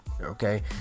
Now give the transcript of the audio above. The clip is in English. Okay